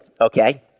okay